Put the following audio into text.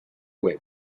web